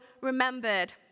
remembered